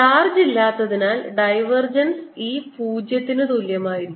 charge ഇല്ലാത്തതിനാൽ divergence E പൂജ്യത്തിന് തുല്യമായിരിക്കും